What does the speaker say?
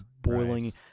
boiling